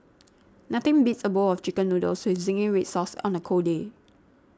nothing beats a bowl of Chicken Noodles with Zingy Red Sauce on a cold day